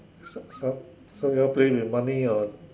so so so you all play with money or